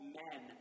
men